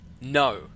No